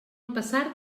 empassar